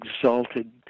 exalted